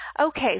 Okay